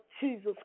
Jesus